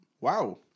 Wow